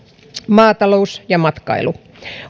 maatalous ja matkailu